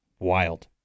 Wild